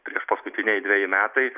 priešpaskutiniai dveji metai